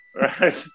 right